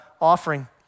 offering